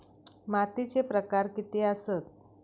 मातीचे प्रकार किती आसत?